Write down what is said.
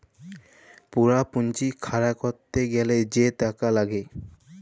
পুরা পুঁজি খাড়া ক্যরতে গ্যালে যে টাকা লাগ্যে